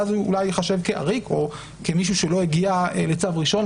ואז הוא אולי ייחשב כעריק או כמישהו שלא הגיע לצו ראשון,